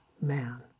man